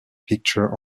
picture